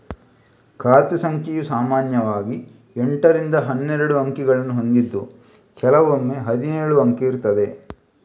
ಖಾತೆ ಸಂಖ್ಯೆಯು ಸಾಮಾನ್ಯವಾಗಿ ಎಂಟರಿಂದ ಹನ್ನೆರಡು ಅಂಕಿಗಳನ್ನ ಹೊಂದಿದ್ದು ಕೆಲವೊಮ್ಮೆ ಹದಿನೇಳು ಅಂಕೆ ಇರ್ತದೆ